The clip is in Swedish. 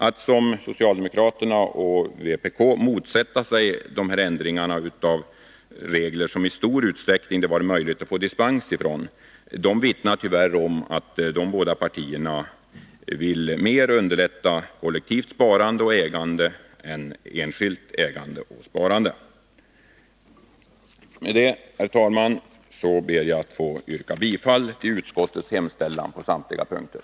Att såsom socialdemokraterna och vpk motsätta sig dessa ändringar av regler, som det i stor utsträckning har varit möjligt att få dispens från, vittnar tyvärr om att dessa båda partier mer vill underlätta kollektivt sparande och ägande i stället för enskilt sådant. Herr talman! Med detta yrkar jag bifall till utskottets hemställan i samtliga moment.